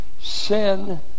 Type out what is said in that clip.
Sin